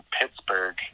Pittsburgh